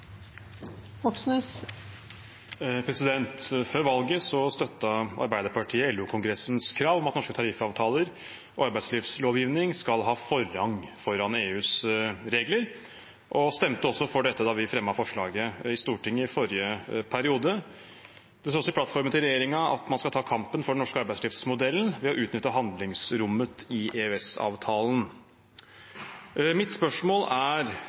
Før valget støttet Arbeiderpartiet LO-kongressens krav om at norske tariffavtaler og arbeidslivslovgivning skal ha forrang foran EUs regler og stemte også for dette da vi fremmet forslaget i Stortinget i forrige periode. Det står også i plattformen til regjeringen at man skal ta kampen for den norske arbeidslivsmodellen ved å utnytte handlingsrommet i EØS-avtalen. Mitt spørsmål er